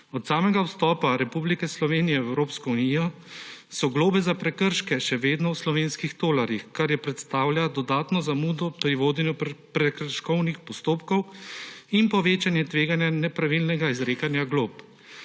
Od samega vstopa Republike Slovenije v Evropsko unijo so globe za prekrške še vedno v slovenskih tolarjih, kar predstavlja dodatno zamudo pri vodenju prekrškovnih postopkov in povečanje tveganja nepravilnega izrekanja glob.